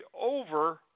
over